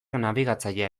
nabigatzailea